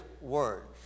words